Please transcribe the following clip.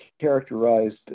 characterized